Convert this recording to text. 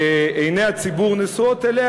שעיני הציבור נשואות אליה,